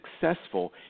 successful